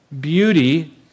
beauty